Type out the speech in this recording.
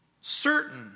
certain